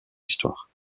histoire